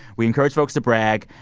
we encourage folks to brag.